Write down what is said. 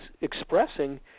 expressing